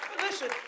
Listen